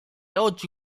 oggi